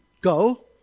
go